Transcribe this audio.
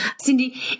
Cindy